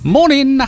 Morning